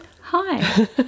Hi